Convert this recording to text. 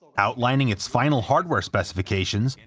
outlining its final hardware specifications, and